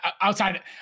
outside